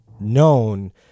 known